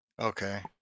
Okay